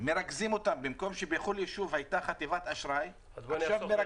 מרכזים במקום אחד וזה במקום שבכל ישוב הייתה חטיבת אשראי.